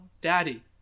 Daddy